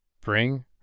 Bring